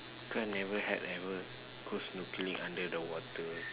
cause never had ever go snorkeling under the water